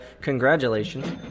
Congratulations